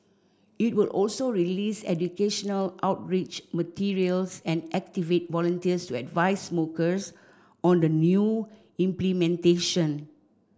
it will also release educational outreach materials and activate volunteers advise smokers on the new implementation